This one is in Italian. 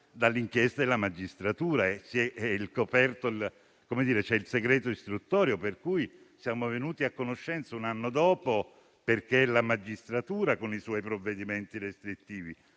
dalle inchieste della magistratura, c'è il segreto istruttorio, per cui ne siamo venuti a conoscenza un anno dopo perché la magistratura ha i suoi provvedimenti restrittivi.